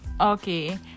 Okay